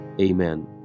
amen